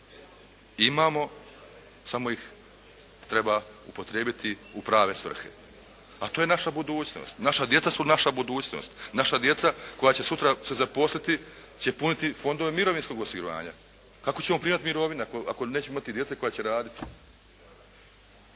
Imamo, samo ih treba upotrijebiti u prave svrhe. A to je naša budućnost. Naša djeca su naša budućnost. Naša djeca koja će sutra se zaposliti će puniti fondove mirovinskog osiguranja. Kako ćemo primati mirovine ako nećemo imati djece koja će raditi.